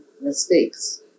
mistakes